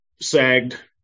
sagged